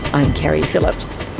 i'm keri phillips